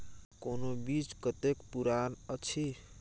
कोनो बीज कतेक पुरान अछि?